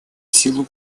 силу